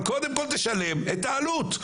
אבל קודם כול תשלם את העלות.